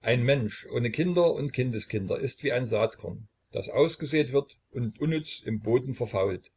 ein mensch ohne kinder und kindeskinder ist wie ein saatkorn das ausgesät wird und unnütz im boden verfault